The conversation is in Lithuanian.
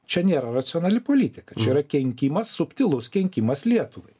čia nėra racionali politika čia yra kenkimas subtilus kenkimas lietuvai